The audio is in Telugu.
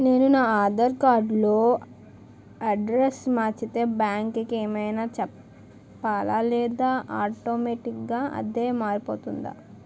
నేను నా ఆధార్ కార్డ్ లో అడ్రెస్స్ మార్చితే బ్యాంక్ కి ఏమైనా చెప్పాలా లేదా ఆటోమేటిక్గా అదే మారిపోతుందా?